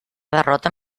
derrota